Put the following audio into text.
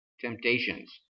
temptations